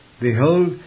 behold